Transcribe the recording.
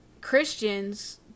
Christians